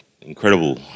incredible